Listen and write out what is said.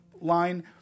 line